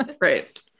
right